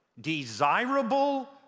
desirable